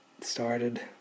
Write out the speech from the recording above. started